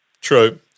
True